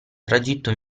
tragitto